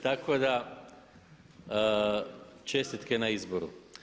Tako da čestitke na izboru.